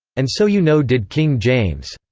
and so you know did king james.